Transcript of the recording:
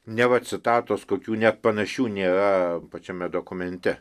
neva citatos kokių net panašių nėra pačiame dokumente